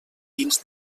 dins